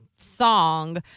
song—